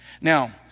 Now